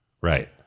right